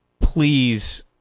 Please